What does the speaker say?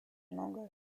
многое